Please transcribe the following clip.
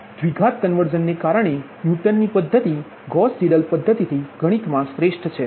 તેથી દ્વિઘાત કન્વર્ઝનને કારણે ન્યૂટનની પદ્ધતિ ગૌસ સીડલ પદ્ધતિથી ગણિતમાં શ્રેષ્ઠ છે